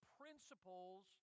principles